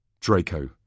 Draco